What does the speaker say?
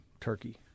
Turkey